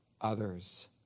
others